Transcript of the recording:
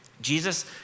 Jesus